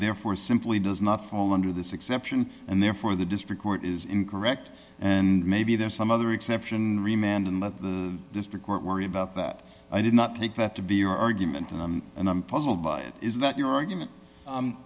therefore simply does not fall under this exception and therefore the district court is incorrect and maybe there's some other exception and remained in the district court worry about that i did not take that to be your argument and i'm puzzled by it is that your argument